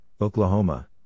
Oklahoma